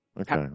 Okay